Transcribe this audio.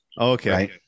okay